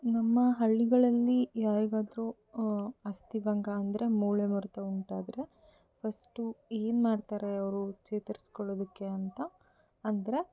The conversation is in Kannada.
ನಮ್ಮ ಹಳ್ಳಿಗಳಲ್ಲಿ ಯಾರಿಗಾದರು ಅಸ್ಥಿಭಂಗ ಅಂದರೆ ಮೂಳೆ ಮುರಿತ ಉಂಟಾದರೆ ಫಸ್ಟು ಏನು ಮಾಡ್ತಾರೆ ಅವರು ಚೇತರ್ಸ್ಕೊಳ್ಳೋದಕ್ಕೆ ಅಂತ ಅಂದರೆ